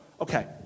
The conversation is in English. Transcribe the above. Okay